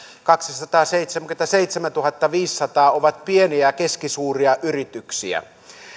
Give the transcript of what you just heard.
kaksisataaseitsemänkymmentäseitsemäntuhattaviisisataa on pieniä ja keskisuuria yrityksiä